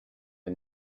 the